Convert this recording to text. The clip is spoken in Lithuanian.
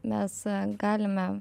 mes galime